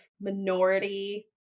minority